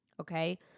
Okay